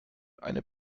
eine